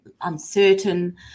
uncertain